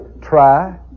try